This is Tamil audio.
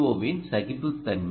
ஓவின் சகிப்புத்தன்மை